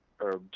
herbs